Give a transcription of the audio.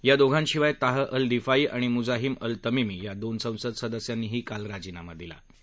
या दोघांशिवाय Taha al Difai आणि मुझाहीम अल तमीमी या दोन संसद सदस्यांनीही काल राजीनामा दिला होता